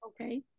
Okay